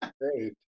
Great